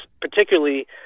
particularly